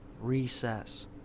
Recess